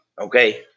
okay